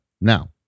Now